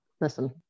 Listen